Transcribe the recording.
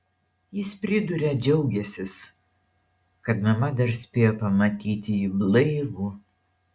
jis priduria džiaugiąsis kad mama dar spėjo pamatyti jį blaivų